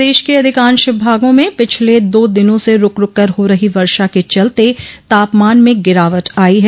प्रदेश के अधिकांश भागों में पिछले दो दिनों से रूक रूक कर हो रही वर्षा के चलते तापमान में गिरावट आयी है